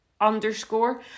underscore